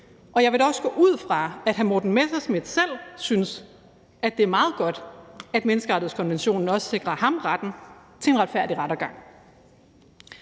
og jeg vil da også gå ud fra, at hr. Morten Messerschmidt selv synes, at det er meget godt, at menneskerettighedskonventionen også sikrer ham retten til en retfærdig rettergang.